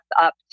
up